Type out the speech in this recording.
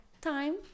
time